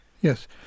Yes